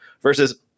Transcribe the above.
versus